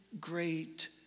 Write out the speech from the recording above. great